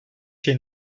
şey